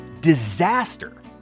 disaster